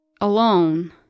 alone